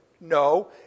No